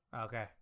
Okay